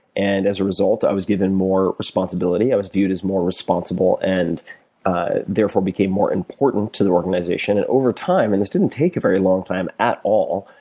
and as a result, i was given more responsibility. i was viewed as more responsible and ah therefore became more important to the organization. and over time, and this didn't take a very long time at all,